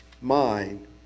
mind